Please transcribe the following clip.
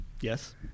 Yes